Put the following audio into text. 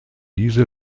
diese